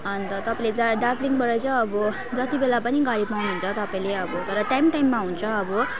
अन्त तपाईँले जहाँ दार्जिलिङबाट चाहिँ अब जति बेला पनि गाडी पाउनुहुन्छ तपाईँले अब तर टाइम टाइममा हुन्छ अब